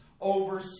over